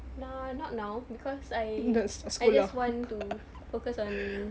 nah not now because I I just want to focus on